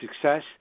Success